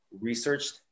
researched